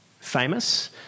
famous